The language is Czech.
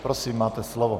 Prosím, máte slovo.